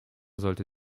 sollte